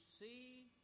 see